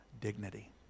dignity